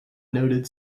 noted